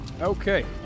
okay